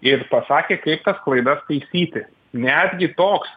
ir pasakė kaip tas klaidas taisyti netgi toks